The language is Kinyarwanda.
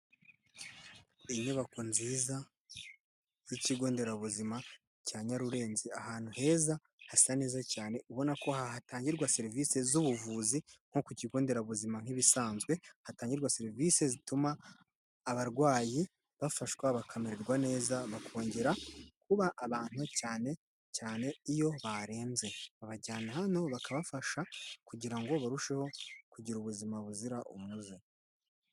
Inyubako nziza z'ikigo nderabuzima cya Nyarurenzi ahantu heza hasa neza cyane ubona ko hatangirwa serivise z'ubuvuzi nko ku kigo nderabuzima nk'ibisanzwe, hatangirwa serivise zituma abarwayi bafashwa bakamererwa neza, bakongera kuba abantu cyane cyane iyo barembye, babajyana hano bakabafasha kugira ngo barusheho kugira ubuzima buzira umuze.